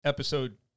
Episode